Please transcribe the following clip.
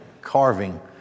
carving